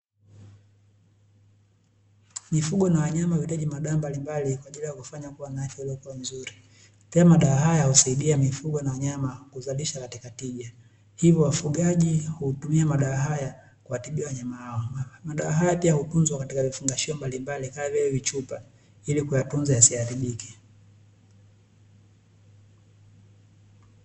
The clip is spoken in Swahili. Mifugo na wanyama uhitaji madawa mbalimbali kwa ajili ya kufanya kuwa na afya iliyokuwa nzuri. Pia madawa haya husaidia mifugo na wanyama kuzalisha katika tija, hivyo wafugaji hutumia madawa haya kuwatibia wanyama wao. Madawa haya pia hutunzwa katika vifungashio mbalimbali kama vile vichupa ili kuyatunza visiharibike.